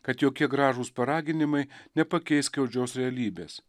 kad jokie gražūs paraginimai nepakeis skaudžios realybės